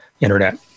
internet